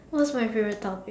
what's my favourite topic